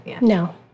No